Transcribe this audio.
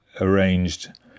arranged